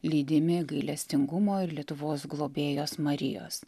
lydimi gailestingumo ir lietuvos globėjos marijos